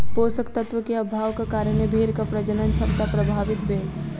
पोषक तत्व के अभावक कारणें भेड़क प्रजनन क्षमता प्रभावित भेल